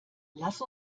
lass